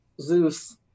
Zeus